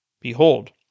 Behold